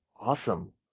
Awesome